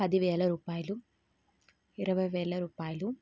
పదివేల రూపాయలు ఇరవై వేల రూపాయలు